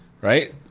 right